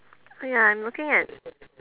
ya I'm looking at